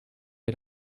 had